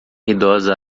idosa